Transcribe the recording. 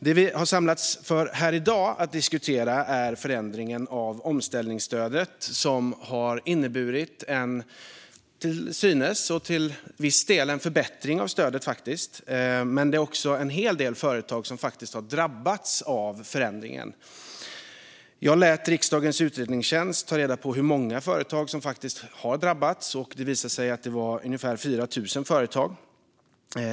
Det vi har samlats för att diskutera här i dag är förändringen av omställningsstödet, som till viss del har inneburit en förbättring av stödet, men det är också en hel del företag som har drabbats av förändringen. Jag lät riksdagens utredningstjänst ta reda på hur många företag som faktiskt har drabbats. Det visade sig att det var ungefär 4 000 företag.